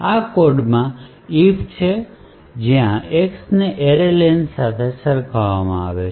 આ કોડ માં if છે જ્યાં X ને array len સાથે સરખાવમાં આવે છે